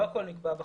לא הכול נקבע בחוק.